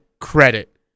credit